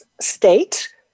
state